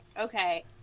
okay